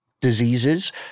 diseases